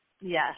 yes